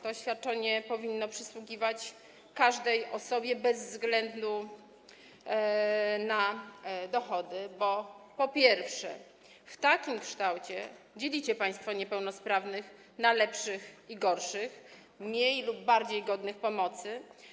To świadczenie powinno przysługiwać każdej osobie bez względu na dochody, bo, po pierwsze, w takim kształcie dzielicie państwo niepełnosprawnych na lepszych i gorszych, mniej lub bardziej godnych pomocy.